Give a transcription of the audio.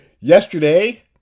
yesterday